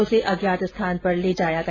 उसे अज्ञात स्थान पर ले जाया गया